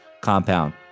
compound